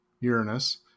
Uranus